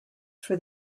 for